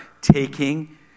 taking